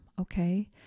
okay